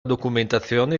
documentazione